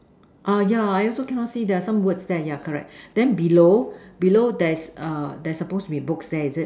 ah yeah I also cannot see there are some words there yeah correct then below below there's err there's supposed to be books there is it